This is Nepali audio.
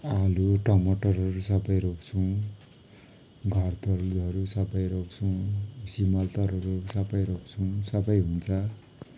आलु टमटरहरू सबै रोप्छौँ घरतरुलहरू सबै रोप्छौँ सिमलतरुलहरू सबै रोप्छौँ सबै हुन्छ